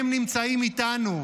הם נמצאים איתנו.